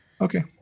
Okay